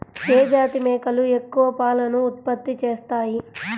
ఏ జాతి మేకలు ఎక్కువ పాలను ఉత్పత్తి చేస్తాయి?